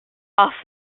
off